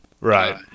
Right